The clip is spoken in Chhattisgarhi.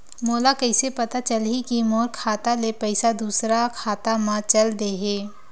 मोला कइसे पता चलही कि मोर खाता ले पईसा दूसरा खाता मा चल देहे?